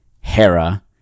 Hera